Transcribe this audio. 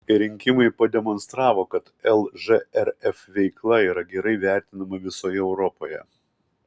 rinkimai pademonstravo kad lžrf veikla yra gerai vertinama visoje europoje